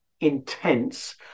intense